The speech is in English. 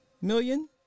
million